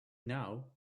now